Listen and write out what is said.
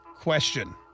question